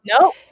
no